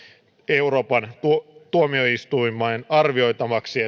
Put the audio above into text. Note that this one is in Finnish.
euroopan tuomioistuimen arvioitavaksi